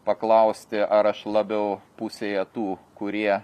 paklausti ar aš labiau pusėje tų kurie